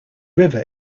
river